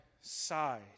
side